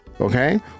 Okay